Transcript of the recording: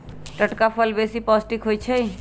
टटका फल बेशी पौष्टिक होइ छइ